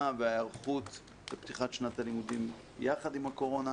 וההיערכות לפתיחת שנת הלימודים יחד עם הקורונה,